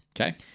Okay